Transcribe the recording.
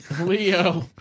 Leo